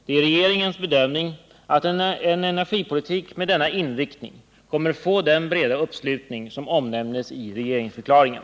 Det är regeringens bedömning att en energipolitik med denna inriktning kommer att få den breda uppslutning som omnämnes i regeringsförklaringen.